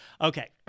Okay